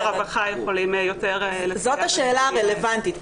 זאת השאלה הרלוונטית.